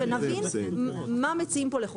שנבין מה מציעים פה.